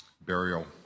burial